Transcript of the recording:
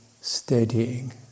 steadying